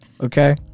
Okay